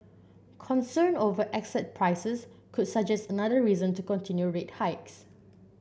concern over asset prices could suggest another reason to continue rate hikes